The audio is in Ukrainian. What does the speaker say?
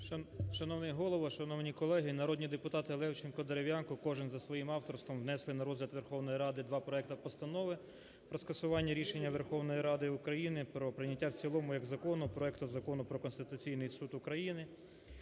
Шановний Голово, шановні колеги, народні депутати Левченко, Дерев'янко, кожен за своїм авторством внесли на розгляд Верховної Ради два проекти Постанови про скасування рішення Верховної Ради України про прийняття в цілому як закону законопроекту Про Конституційний Суд України.